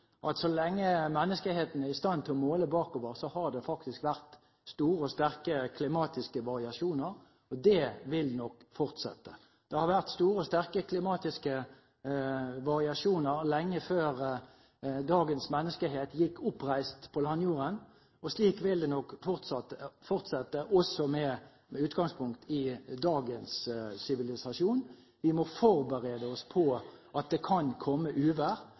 slik at så lenge menneskeheten er i stand til å måle bakover, har det vært store og sterke klimatiske variasjoner, og det vil nok fortsette. Det har vært store og sterke klimatiske variasjoner lenge før dagens menneskehet gikk oppreist på landjorden, og slik vil det nok fortsette, også med utgangspunkt i dagens sivilisasjon. Vi må forberede oss på at det kan komme uvær.